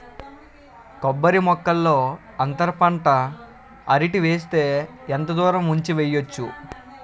కొబ్బరి మొక్కల్లో అంతర పంట అరటి వేస్తే ఎంత దూరం ఉంచి వెయ్యొచ్చు?